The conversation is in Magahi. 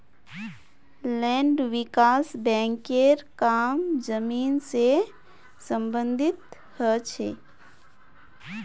लैंड विकास बैंकेर काम जमीन से सम्बंधित ह छे